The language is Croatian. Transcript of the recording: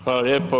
Hvala lijepo.